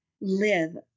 live